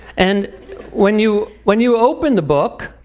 and when you when you open the book,